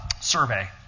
survey